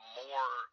more